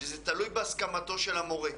שהוא תלוי בהסכמתו של המורה.